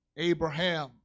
Abraham